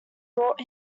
brought